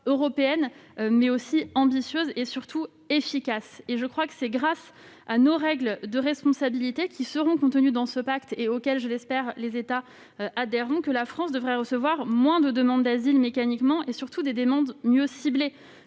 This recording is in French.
européenne, ambitieuse et, surtout, efficace. C'est grâce à nos règles de responsabilité, qui seront contenues dans ce pacte, auquel, je l'espère, les États adhéreront, que la France devrait recevoir moins de demandes d'asile, mécaniquement. Surtout, elle devrait recevoir des